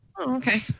okay